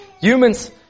Humans